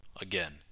again